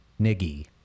Niggy